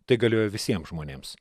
tai galioja visiems žmonėms